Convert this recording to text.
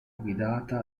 guidata